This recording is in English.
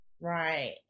Right